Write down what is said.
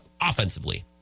offensively